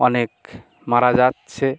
অনেক মারা যাচ্ছে